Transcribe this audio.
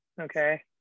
Okay